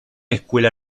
escuela